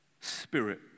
spirit